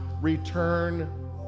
return